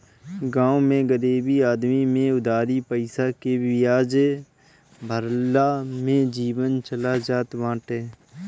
गांव में गरीब आदमी में उधारी पईसा के बियाजे भरला में जीवन चल जात बाटे